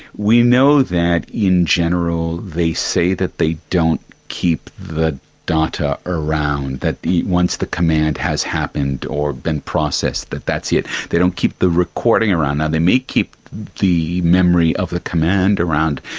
we know that in general they say that they don't keep the data around, that once the command has happened or been processed, that that's it. they don't keep the recording around. ah they may keep the memory of the command around,